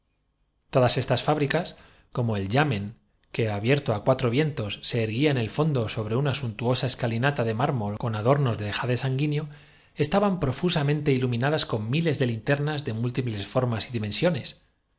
todas estas fábricas como el yamen que abierto á cuatro vientos se erguía en el fondo sobre una suntuo sa escalinata de mármol con adornos de jade sanguí neo estaban profusamente iluminadas con miles de linternas de múltiples formas y dimensiones